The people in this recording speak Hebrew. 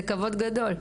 זה כבוד גדול.